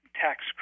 Tax